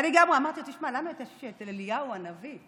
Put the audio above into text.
אמרתי לו: תשמע, לנו יש את אליהו הנביא.